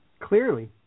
Clearly